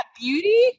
beauty